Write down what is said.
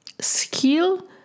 skill